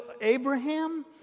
Abraham